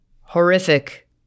horrific